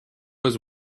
was